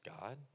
God